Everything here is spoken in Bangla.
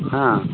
হ্যাঁ